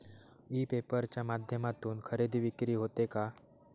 E paper च्या माध्यमातून खरेदी विक्री होते का?